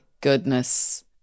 goodness